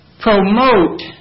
promote